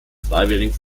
freiwilligen